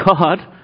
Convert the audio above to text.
God